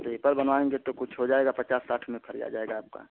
एक और बनवाएँगे तो कुछ हो जाएगा पचास साठ में खरिदा जाएगा आपका